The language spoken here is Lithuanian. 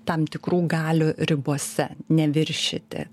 tam tikrų galių ribose neviršyti